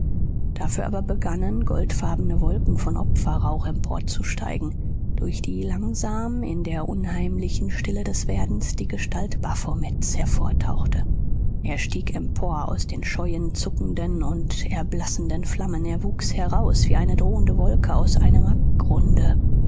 dafür aber begannen goldfarbene wolken von opferrauch emporzusteigen durch die langsam in der unheimlichen stille des werdens die gestalt baphomets hervortauchte er stieg empor aus den scheuen zuckenden und erblassenden flammen er wuchs heraus wie eine drohende wolke aus einem abgrunde